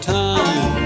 time